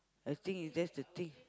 I think you just the thing